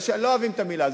לא אוהבים את המלה הזאת.